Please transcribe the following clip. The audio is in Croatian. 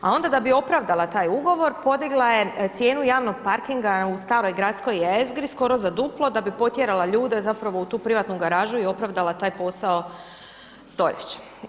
A onda da bi opravdala taj ugovor podigla je cijenu javnog parkinga u staroj gradskoj jezgri skoro za duplo da bi potjerala ljude zapravo u tu privatnu garažu i opravdala taj posao stoljeća.